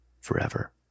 forever